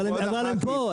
אבל הם פה,